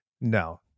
No